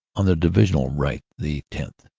on the divisional right, the tenth.